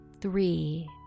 three